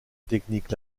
technique